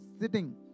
sitting